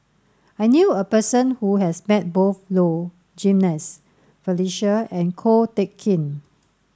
I knew a person who has met both Low Jimenez Felicia and Ko Teck Kin